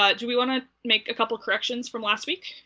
ah do we want to make a couple corrections from last week?